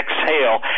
exhale